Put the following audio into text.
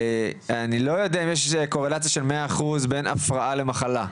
אני לא יודע אם יש קורלציה של מאה אחוז בין הפרעה למחלה,